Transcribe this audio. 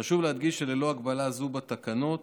חשוב להדגיש שללא הגבלה זו בתקנות,